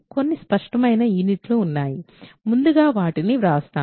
కొన్ని స్పష్టమైన యూనిట్లు ఉన్నాయి ముందుగా వాటిని వ్రాస్తాను